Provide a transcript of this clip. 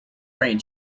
rain